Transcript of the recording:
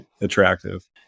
attractive